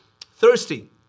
thirsty